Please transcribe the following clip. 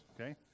okay